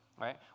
right